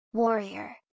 Warrior